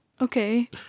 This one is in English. Okay